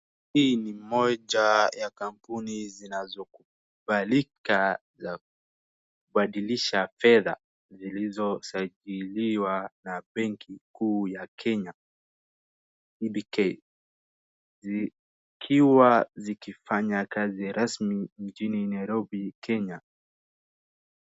Hii ni moja ya kampuni zinazokumbalika za kubadilisha fedha zilizosajiliwa na benki kuu ya Kenye CBK. Zikiwa zikifanya kazi rasmi jijini Nairobi Kenya.